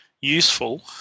useful